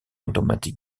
automatic